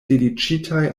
dediĉitaj